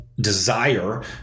desire